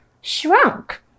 shrunk